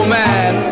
man